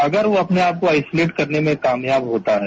अगर वो अपने आप को आइसोलेट करने में कामयाब होता है